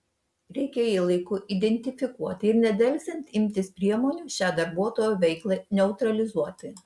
reikia jį laiku identifikuoti ir nedelsiant imtis priemonių šią darbuotojo veiklą neutralizuoti